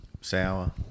Sour